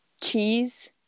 cheese